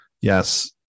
yes